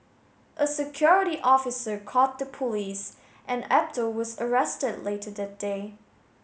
a security officer called the police and Abdul was arrested later that day